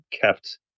kept